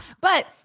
But-